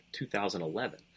2011